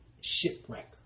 shipwreck